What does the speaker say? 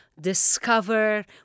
discover